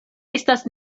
estas